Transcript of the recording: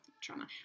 trauma